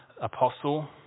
apostle